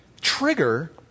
trigger